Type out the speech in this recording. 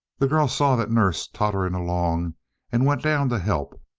the girl saw that nurse tottering along and went down to help,